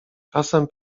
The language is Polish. czasem